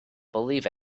believe